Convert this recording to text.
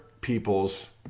people's